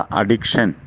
addiction